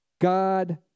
God